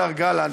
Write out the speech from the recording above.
השר גלנט,